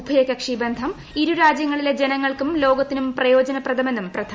ഉഭയകക്ഷി ബന്ധം ഇരു രാജ്യങ്ങളില് ജനങ്ങൾക്കും ലോകത്തിനും പ്രയോജനപ്രദമെന്നും പ്രധാനമുന്ത്രി